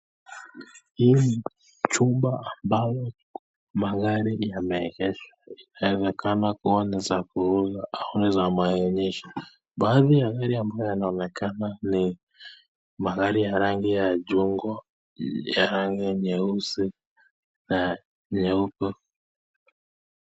Hii ni chumba ambalo magari yameegeshwa, yanaonekana kuwa ni za kuuza au za maonyesho, baadhi ya gari ambayo yanaonekana ni magari ya rangi ya chungwa ,ya rangi nyeusi na ya nyeupe.